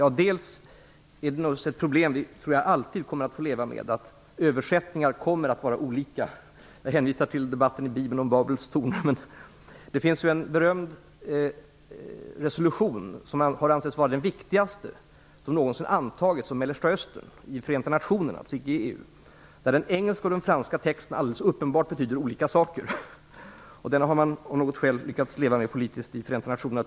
Jag tror att vi alltid kommer att få leva med problemet att översättningar kommer att vara olika. Jag hänvisar till debatten i Bibeln om Babels torn. Det finns en berömd resolution, som har ansetts vara den viktigaste som någonsin har antagits om Mellersta Östern i Förenta nationerna, där den engelska och den franska texten alldeles uppenbart betyder olika saker. Den har man av något skäl lyckats leva med politiskt i Förenta nationerna.